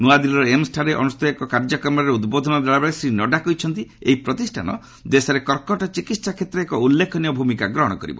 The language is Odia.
ନ୍ନଆଦିଲ୍ଲୀର ଏମ୍ସ୍ଠାରେ ଅନୁଷ୍ଠିତ ଏକ କାର୍ଯ୍ୟକ୍ରମରେ ଉଦ୍ବୋଧନ ଦେଲାବେଳେ ଶ୍ରୀ ନଡ୍ଗା କହିଛନ୍ତି ଏହି ପ୍ରତିଷାନ ଦେଶରେ କର୍କଟ ଚିକିତ୍ସା କ୍ଷେତ୍ରରେ ଏକ ଉଲ୍ଲେଖନୀୟ ଭୂମିକା ଗ୍ରହଣ କରିବ